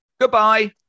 Goodbye